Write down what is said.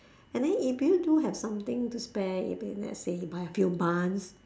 and then if you do have something to spare if you let's say buy a few buns